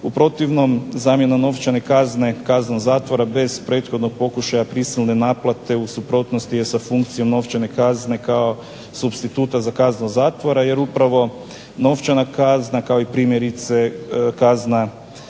U protivnom zamjena novčane kazne, kaznom zatvora bez prethodnog pokušaja prisilne naplate u suprotnosti je sa funkcijom novčane kazne kao supstituta za kaznu zatvora jer upravo novčana kazna kao primjerice kazna